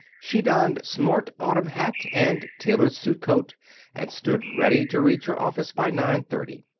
she donned smart autumn hat and tailored suit coat and stood ready to reach her office by nine-thirty.